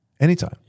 Anytime